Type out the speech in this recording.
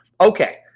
Okay